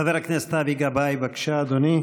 חבר הכנסת אבי גבאי, בבקשה, אדוני.